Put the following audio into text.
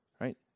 right